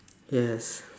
yes